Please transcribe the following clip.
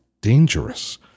dangerous